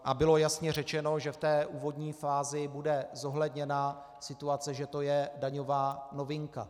A bylo jasně řečeno, že v té úvodní fázi bude zohledněna situace, že to je daňová novinka.